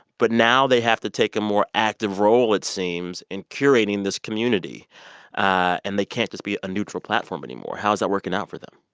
but now they have to take a more active role, it seems, in curating this community and they can't just be a neutral platform anymore. how's that working out for them?